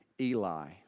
Eli